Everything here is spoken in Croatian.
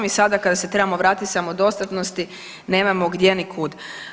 I sada kada se trebamo vratiti samodostatnosti nemamo gdje ni kud.